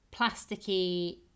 plasticky